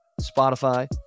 spotify